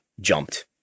jumped